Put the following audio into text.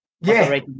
yes